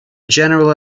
general